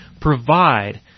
provide